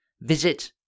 visit